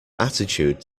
attitude